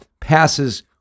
passes